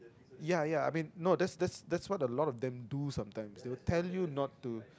ya ya I mean no that's that's that's what a lot of them do sometimes they will tell you not to